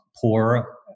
poor